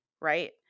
right